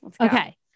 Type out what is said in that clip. Okay